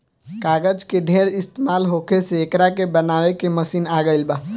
कागज के ढेर इस्तमाल होखे से एकरा के बनावे के मशीन आ गइल बा